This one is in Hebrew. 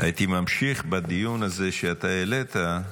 הייתי ממשיך בדיון הזה שאתה העלית.